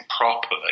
properly